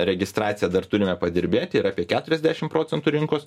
registracija dar turime padirbėti yra apie keturiasdešim procentų rinkos